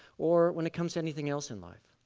or when it comes to anything else in life.